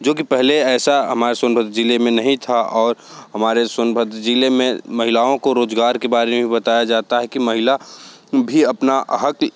जो कि पहले ऐसा हमारे सोनभद्र ज़िले में नहीं था और हमारे सोनभद्र ज़िले में महिलाओं को रोज़गार के बारे में भी बताया जाता है कि महिला भी अपना हक़